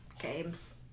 Games